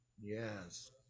Yes